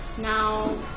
Now